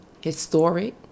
historic